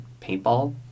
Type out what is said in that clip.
paintball